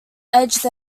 edged